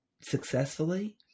successfully